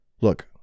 look